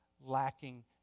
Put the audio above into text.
lacking